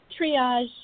triage